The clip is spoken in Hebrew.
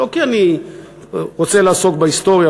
לא כי אני רוצה לעסוק בהיסטוריה,